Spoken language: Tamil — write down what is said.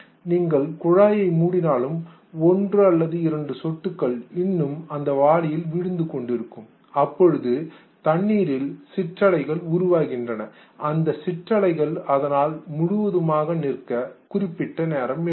நீங்கள் குழாய் மூடினாலும் ஒன்று அல்லது இரண்டு சொட்டுகள் இன்னும் வாளியில் விழுகின்றன அப்பொழுது தண்ணீரில் சிற்றலைகள் உருவாகின்றன அந்த சிற்றலைகள் அதனால் முழுவதுமாக நிற்க குறிப்பிட்ட நேரம் எடுக்கும்